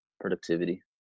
productivity